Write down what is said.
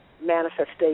manifestation